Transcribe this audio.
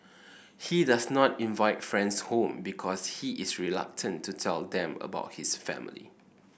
he does not invite friends home because he is reluctant to tell them about his family